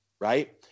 Right